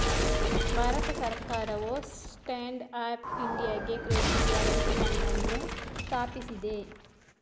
ಭಾರತ ಸರ್ಕಾರವು stand up ಇಂಡಿಯಾಗೆ credit guarantee fund ಅನ್ನು ಸ್ಥಾಪಿಸಿದೆ